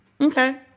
Okay